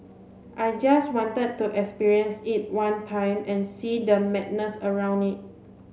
I just wanted to experience it one time and see the madness around it